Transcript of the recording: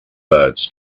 birds